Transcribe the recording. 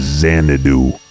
xanadu